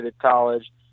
college